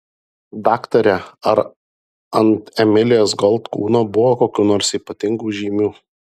daktare ar ant emilės gold kūno buvo kokių nors ypatingų žymių